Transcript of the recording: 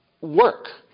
work